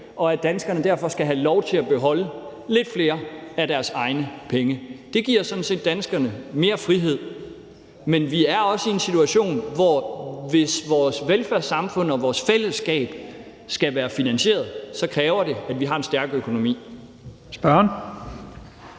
og at danskere derfor skal have lov til at beholde lidt flere af deres egne penge. Det giver sådan set danskerne mere frihed, men vi er også i en situation, at hvis vores velfærdssamfund og vores fællesskab skal være finansieret, kræver det, at vi har en stærk økonomi. Kl.